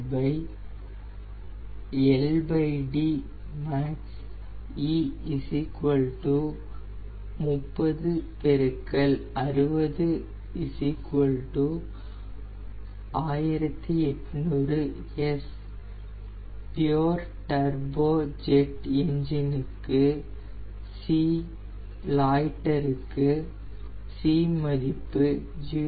pure turbo jet engine க்கு C லாய்டருக்கு C மதிப்பு 0